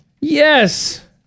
Yes